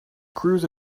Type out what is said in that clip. cruise